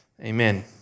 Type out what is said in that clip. Amen